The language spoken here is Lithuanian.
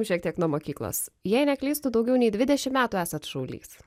šiek tiek nuo mokyklos jei neklystu daugiau nei dvidešimt metų esat šaulys